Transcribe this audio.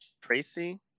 Tracy